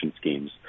schemes